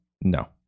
no